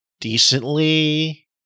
decently